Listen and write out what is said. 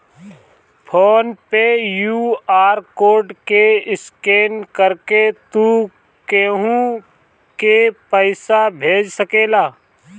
phone पे QR code के scan करके तू केहू के पईसा भेज सकेला